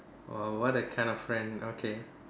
!wow! what a kind of friend okay